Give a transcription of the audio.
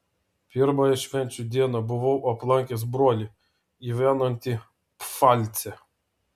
pirmąją švenčių dieną buvau aplankęs brolį gyvenantį pfalce